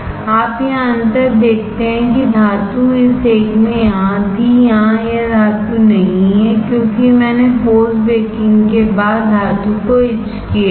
आप यहां अंतर देखते हैं कि धातु इस एक में यहां थी यहां यह धातु नहीं है क्योंकि मैंने पोस्ट बेकिंग के बाद धातु को इच किया है